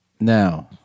now